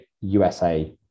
USA